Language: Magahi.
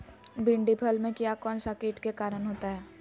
भिंडी फल में किया कौन सा किट के कारण होता है?